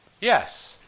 Yes